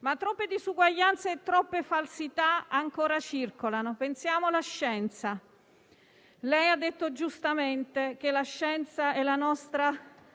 Ma troppe disuguaglianze e troppe falsità ancora circolano. Pensiamo alla scienza. Lei ha detto giustamente che la scienza è il nostro